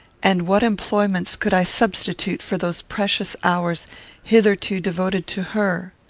and what employments could i substitute for those precious hours hitherto devoted to her?